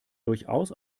durchaus